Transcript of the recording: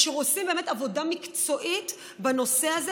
אשר עושים באמת עבודה מקצועית בנושא הזה,